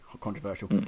controversial